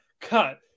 Cut